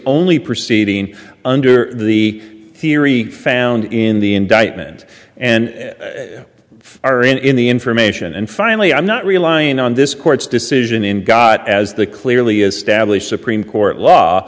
only proceeding under the theory found in the indictment and are in in the information and finally i'm not relying on this court's decision in got as the clearly established supreme court law